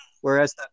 whereas